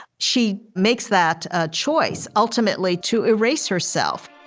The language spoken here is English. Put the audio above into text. she makes that ah choice ultimately to erase herself